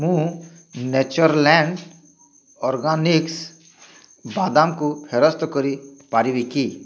ମୁଁ Natureland Organics ବାଦାମକୁ ଫେରସ୍ତ କରିପାରିବି କି